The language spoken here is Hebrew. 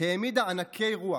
העמידו ענקי רוח,